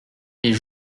les